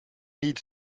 need